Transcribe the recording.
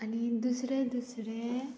आनी दुसरें दुसरें